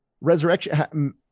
resurrection